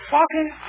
walking